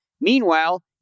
Meanwhile